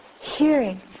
hearing